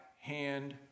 hand